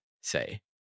say